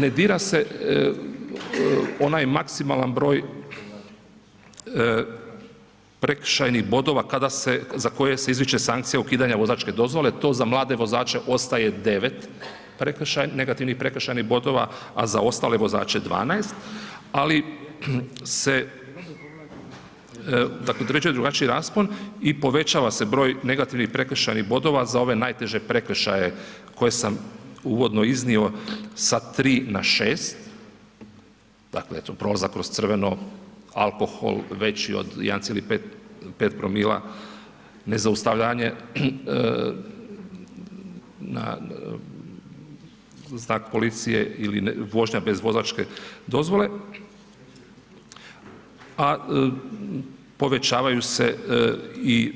Ne dira se onaj maksimalan broj prekršajnih bodova kada se, za koje se izriče sankcija ukidanja vozačke dozvole, to za mlade vozače ostaje 9 prekršaja, negativnih prekršajnih bodova, a za ostale vozače 12, ali se tako određuje drugačiji raspon i povećava se broj negativnih prekršajnih bodova za ove najteže prekršaje koje sam uvodno iznio sa 3 na 6, dakle eto prolazak kroz crveno, alkohol veći od 1,5 promila, nezaustavljanje na znak policije ili vožnja bez vozačke dozvole, a povećavaju se i